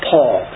Paul